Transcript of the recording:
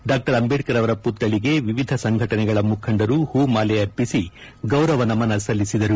ಡಾ ಅಂಬೇಡ್ಕರ್ ಅವರ ಪುಕ್ಕಳಿಗೆ ವಿವಿಧ ಸಂಘಟನೆಗಳ ಮುಖಂಡರು ಹೂ ಮಾಲೆ ಅರ್ಪಿಸಿ ಗೌರವ ನಮನ ಸಲ್ಲಿಸಿದರು